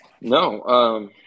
No